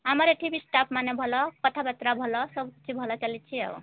ଆମର ଏଠି ବି ଷ୍ଟାଫ୍ମାନେ ଭଲ କଥାବାର୍ତ୍ତା ଭଲ ସବୁକିଛି ଭଲ ଚାଲିଛି ଆଉ